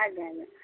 ଆଜ୍ଞା ଆଜ୍ଞା